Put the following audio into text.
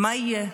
מה יהיה?